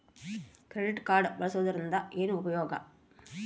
Credit card ಬಳಸುವದರಿಂದ ಏನು ಉಪಯೋಗ?